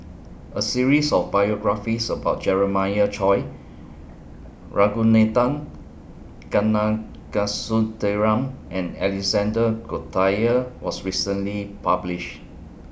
A series of biographies about Jeremiah Choy Ragunathar Kanagasuntheram and Alexander Guthrie was recently published